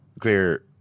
clear